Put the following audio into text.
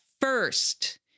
first